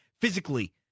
physically